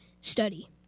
study